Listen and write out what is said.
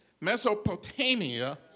Mesopotamia